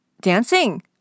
dancing